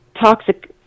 toxic